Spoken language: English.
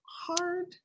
hard